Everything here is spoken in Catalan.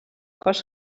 cost